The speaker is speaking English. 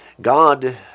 God